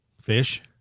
Fish